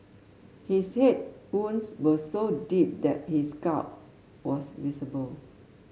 his head wounds were so deep that his skull was visible